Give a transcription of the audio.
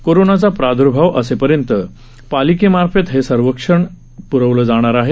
करोनाचा प्रादुर्भाव असेपर्यंत पालिकेमार्फत हे संरक्षण प्रवलं जाणार आहे